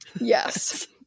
Yes